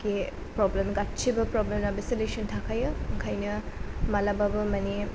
बे प्रब्लेम गासिबो प्रब्लेमनानो सलिउसन थाखायो ओंखायनो माब्लाबाबो माने